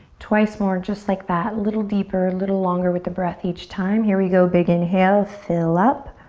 twice more just like that. little deeper, little longer with the breath each time. here we go, big inhale, fill up.